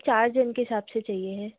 चार जन के हिसाब से चाहिए है